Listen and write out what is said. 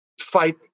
fight